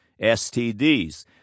STDs